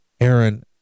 Aaron